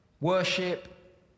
worship